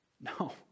No